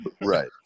Right